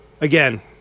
Again